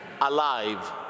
alive